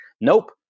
Nope